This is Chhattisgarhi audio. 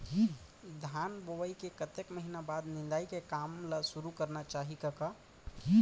धान बोवई के कतेक महिना बाद निंदाई के काम ल सुरू करना चाही कका?